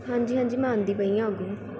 ਹਾਂਜੀ ਹਾਂਜੀ ਮੈਂ ਆਉਂਦੀ ਪਈ ਹਾਂ ਅੱਗੋਂ